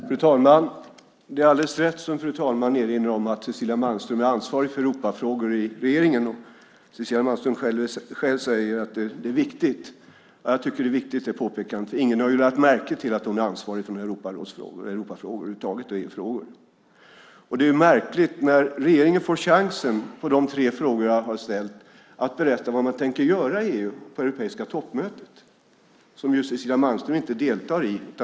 Fru talman! Det är alldeles rätt som fru talman erinrar om, att Cecilia Malmström är ansvarig för Europafrågor i regeringen. Cecilia Malmström säger själv att det är viktigt. Jag tycker att det påpekandet är viktigt. Ingen har ju lagt märke till att hon är ansvarig för Europafrågor och EU-frågor över huvud taget. Nu får regeringen chansen att svara på de tre frågor jag har ställt och berätta vad man tänker göra på det europeiska toppmötet, som Cecilia Malmström inte deltar i.